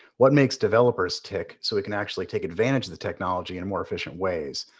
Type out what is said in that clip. what makes developers tick, so we can actually take advantage of the technology in more efficient ways?